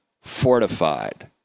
fortified